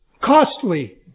costly